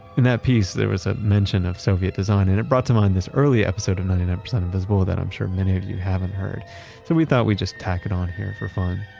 in that piece, there was a mention of soviet design and it brought to mind this early episode of ninety nine percent invisible that i'm sure many of you haven't heard, so we thought we just tack it on here for fun.